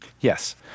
Yes